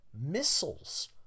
missiles